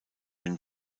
den